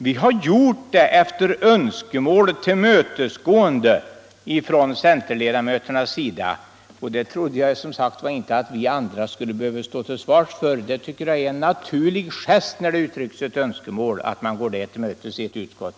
Vi har gjort det som ett tillmötesgående av ett önskemål från centerledamöternas sida. Det trodde jag som sagt inte vi skulle behöva stå till svars för. När det uttrycks ett sådant önskemål i ett utskott tycker jag det är en naturlig gest att tillmötesgå det.